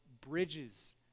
bridges